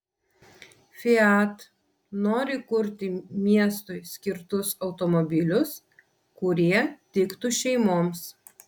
fiat nori kurti miestui skirtus automobilius kurie tiktų šeimoms